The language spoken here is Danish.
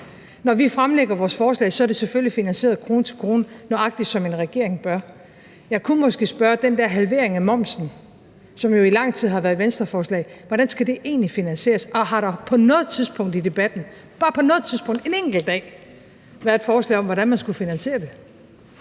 Når vi fremsætter vores forslag, er det selvfølgelig finansieret krone til krone, nøjagtig som en regering bør. Jeg kunne måske spørge til den halvering af momsen, som jo i lang tid har været et Venstreforslag: Hvordan skal det egentlig finansieres? Har der på noget tidspunkt i debatten – bare på noget tidspunkt, en enkelt dag – været et forslag om, hvordan man skulle finansiere det?